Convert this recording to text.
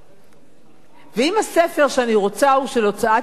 ואם הספר שאני רוצה הוא של הוצאת "ידיעות אחרונות",